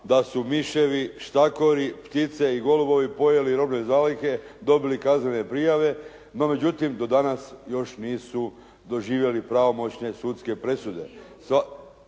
da su miševi, štakori, ptice i golubovi pojeli robne zalihe dobili kaznene prijave, no međutim do danas još nisu doživjeli pravomoćne sudske presude.